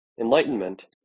Enlightenment